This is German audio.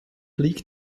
liegt